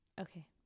Okay